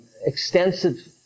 extensive